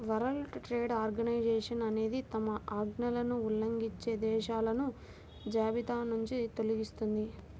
world trade organisation అనేది తమ ఆజ్ఞలను ఉల్లంఘించే దేశాలను జాబితానుంచి తొలగిస్తుంది